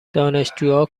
دانشجوها